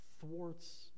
thwarts